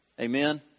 amen